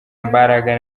mbaraga